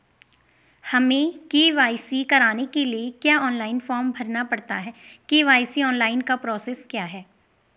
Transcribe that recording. हमें के.वाई.सी कराने के लिए क्या ऑनलाइन फॉर्म भरना पड़ता है के.वाई.सी ऑनलाइन का प्रोसेस क्या है?